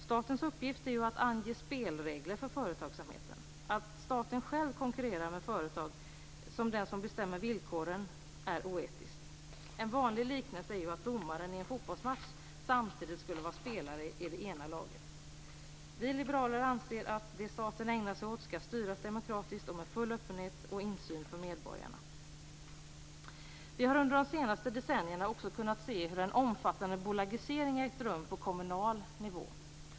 Statens uppgift är att ange spelregler för företagsamheten. Att staten själv konkurrerar med företag som den bestämmer villkoren för är oetiskt. En vanlig liknelse är att domaren i en fotbollsmatch samtidigt skulle vara spelare i det ena laget. Vi liberaler anser att det som staten ägnar sig åt skall styras demokratiskt och med full öppenhet och insyn för medborgarna. Vi har under de senaste decennierna också kunnat se hur en omfattande bolagisering ägt rum på kommunal nivå.